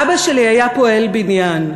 אבא שלי היה פועל בניין.